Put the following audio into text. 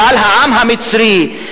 אבל העם המצרי,